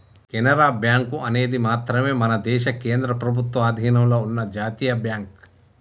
Canara bank అనేది మాత్రమే మన దేశ కేంద్ర ప్రభుత్వ అధీనంలో ఉన్న జాతీయ బ్యాంక్